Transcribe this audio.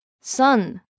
sun